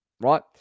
right